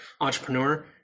entrepreneur